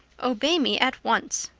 obey me at once.